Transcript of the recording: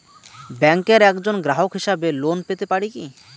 ব্যাংকের একজন গ্রাহক হিসাবে লোন পেতে পারি কি?